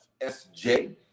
SJ